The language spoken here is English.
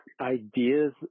ideas